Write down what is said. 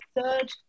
third